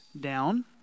down